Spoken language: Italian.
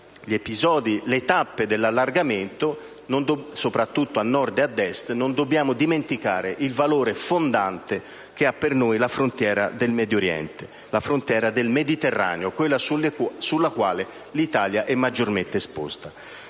le tappe dell'allargamento, soprattutto a Nord e a Est, non dobbiamo dimenticare il valore fondante che ha per noi la frontiera del Medio Oriente, la frontiera del Mediterraneo, quella sulla quale l'Italia è maggiormente esposta.